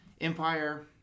Empire